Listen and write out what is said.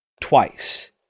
Twice